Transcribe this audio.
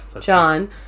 John